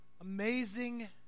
amazing